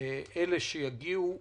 אלה שיגיעו אחריי,